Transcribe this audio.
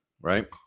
right